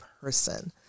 person